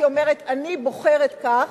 שהיא אומרת: אני בוחרת כך.